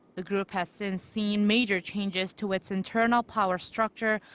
the group has since seen major changes to its internal power structure,